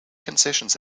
concessions